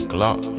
Glock